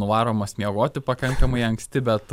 nuvaromas miegoti pakankamai anksti bet